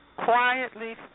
quietly